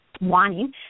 wanting